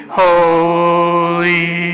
holy